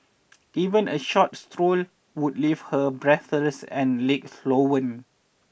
even a short stroll would leave her breathless and legs swollen